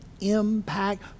impact